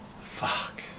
fuck